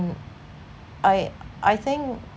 I I think